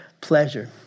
pleasure